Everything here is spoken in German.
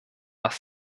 was